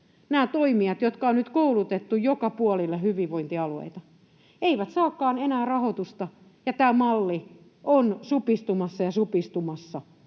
toimijat, jotka on nyt koulutettu joka puolelle hyvinvointialueita, eivät saakaan enää rahoitusta ja tämä malli on supistumassa ja supistumassa.